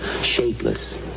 shapeless